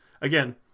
again